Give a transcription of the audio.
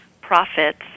Profits